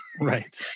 Right